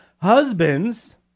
husbands